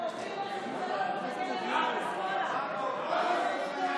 ראש הממשלה, הוא מחכה, שמאלה.